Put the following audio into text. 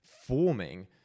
forming